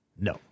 No